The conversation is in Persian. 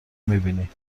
میبینی